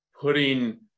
putting